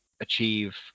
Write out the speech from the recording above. achieve